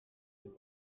denn